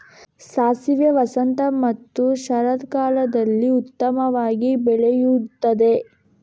ಸಾಸಿವೆ ವಸಂತ ಮತ್ತು ಶರತ್ಕಾಲದಲ್ಲಿ ಉತ್ತಮವಾಗಿ ಬೆಳೆಯುತ್ತದೆ